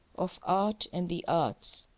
of art, and the arts,